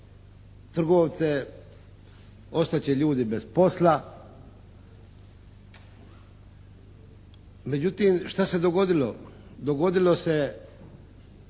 trgovce, ostat će ljudi bez posla. Međutim, šta se dogodilo? Dogodilo se